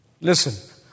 Listen